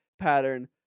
pattern